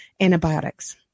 antibiotics